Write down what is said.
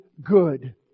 good